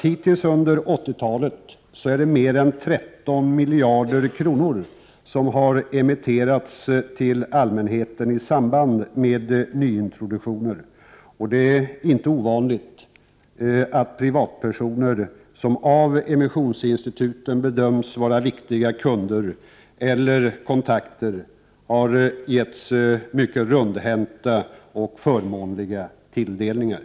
Hittills har under 80-talet mer än 13 miljarder kronor emitterats till allmänheten i samband med nyintroduktioner, och det är inte ovanligt att privatpersoner, som av emissionsinstituten bedömts vara viktiga kunder eller kontakter, har getts mycket rundhänta och förmånliga tilldelningar.